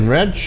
Red